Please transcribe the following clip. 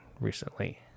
recently